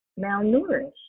malnourished